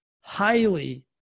highly